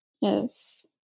yes